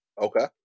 Okay